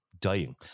dying